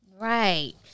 Right